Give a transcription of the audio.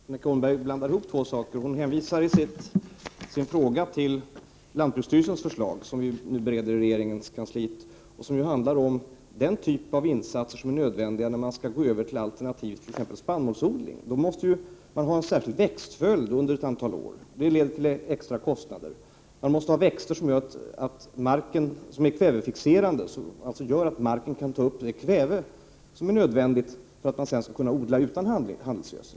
Herr talman! Annika Åhnberg blandar ihop två saker. Hon hänvisar i sin fråga till lantbruksstyrelsens förslag, som vi nu bereder i regeringskansliet och som handlar om den typ av insatser som är nödvändiga vid övergång t.ex. till alternativ spannmålsodling. Där krävs en särskild växtföljd under ett antal år, vilket leder till extra kostnader. Växterna måste vara kvävefixerande, så att marken kan ta upp det kväve som är nödvändigt för att man skall kunna odla utan handelsgödsel.